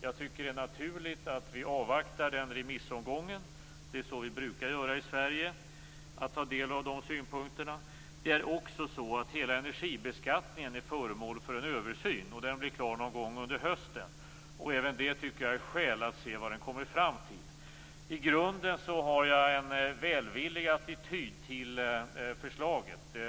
Jag tycker att det är naturligt att vi avvaktar den remissomgången och tar del av de synpunkterna. Det är så vi brukar göra i Sverige. Hela energibeskattningen är föremål för översyn. Den blir klar någon gång under hösten. Även det tycker jag är skäl att vänta för att se vad den kommer fram till. I grunden har jag en välvillig attityd till förslaget.